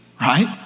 right